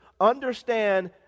understand